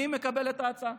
אני מקבל את ההצעה.